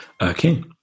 Okay